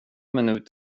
minut